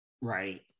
Right